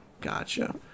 gotcha